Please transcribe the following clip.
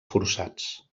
forçats